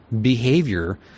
behavior